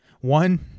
One